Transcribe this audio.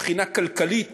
מבחינה כלכלית